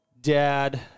dad